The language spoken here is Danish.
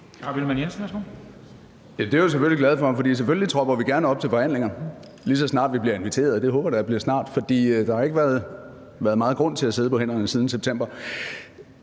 Det er vi selvfølgelig glade for, for selvfølgelig tropper vi gerne op til forhandlinger, lige så snart vi bliver inviteret, og det håber jeg da bliver snart, for der har ikke været meget grund til at sidde på hænderne siden september.